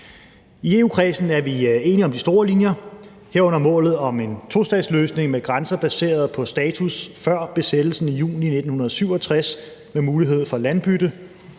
I EU-kredsen er vi enige om de store linjer, herunder målet om en tostatsløsning med grænser baseret på status før besættelsen i juni 1967 med mulighed for landbytte.